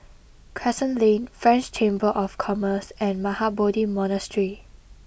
Crescent Lane French Chamber of Commerce and Mahabodhi Monastery